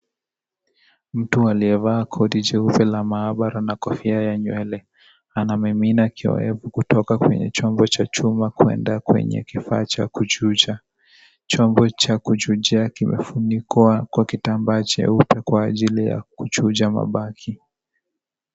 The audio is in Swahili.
Mtu aliyevaa koti jeupe la maabara na kofia ya nywele, anamimina kiyoevu kutoka kwenye chombo cha chuma kwenda kwenye kifaa cha kuchuja, chombo cha kuchujia kimefunikwa kwa kitambaa jeupe kwa ajili ya kuchuja mabaki.